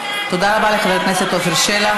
תודה רבה לחבר הכנסת עפר שלח.